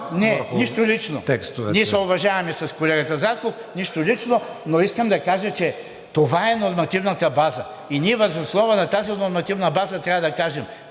Не, нищо лично. Ние се уважаваме с колегата Зарков. Нищо лично, но искам да кажа, че това е нормативната база, и ние въз основа на тази нормативна база трябва да кажем